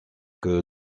que